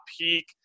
Peak